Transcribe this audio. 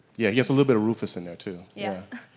yeah, he has a little bit of rufus in there too. yeah.